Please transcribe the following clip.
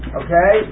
okay